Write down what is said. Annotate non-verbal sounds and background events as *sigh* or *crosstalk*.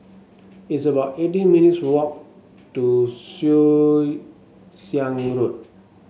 it's about eighteen minutes walk to *unintelligible* Siang Road